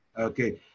Okay